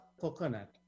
coconut